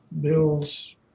Bill's